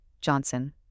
Johnson